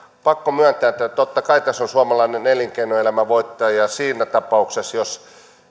pakko myöntää että totta kai tässä on suomalainen elinkeinoelämä voittaja siinä tapauksessa jos